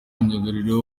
myugariro